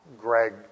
Greg